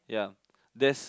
ya that's